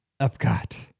Epcot